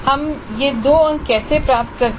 हम ये २ अंक कैसे प्राप्त करते हैं